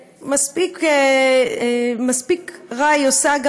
שמספיק רע היא עושה גם